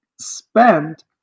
spend